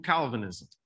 Calvinism